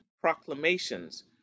proclamations